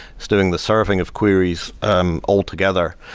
it's doing the serving of queries um altogether.